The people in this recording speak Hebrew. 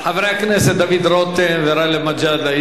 חברי הכנסת דוד רותם וגאלב מג'אדלה,